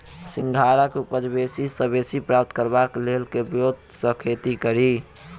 सिंघाड़ा केँ उपज बेसी सऽ बेसी प्राप्त करबाक लेल केँ ब्योंत सऽ खेती कड़ी?